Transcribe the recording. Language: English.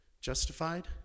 justified